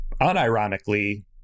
unironically